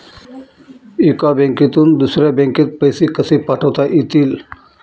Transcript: एका बँकेतून दुसऱ्या बँकेत पैसे कसे पाठवता येतील?